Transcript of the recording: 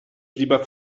lieber